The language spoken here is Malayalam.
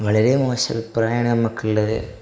വളരെ മോശ അഭിപ്രായമാണ് നമുക്കുള്ളത്